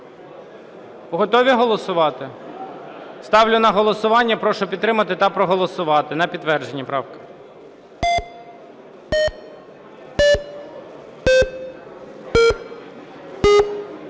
Готові голосувати? Ставлю на голосування. Прошу підтримати та проголосувати. На підтвердження правка.